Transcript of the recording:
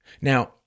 Now